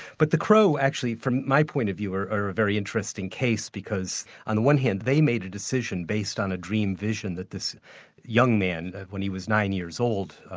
but the crow actually, from my point of view, are are a very interesting case, because on the one hand, they made the decision based on a dream vision that this young man, when he was nine years old,